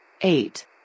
Eight